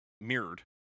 mirrored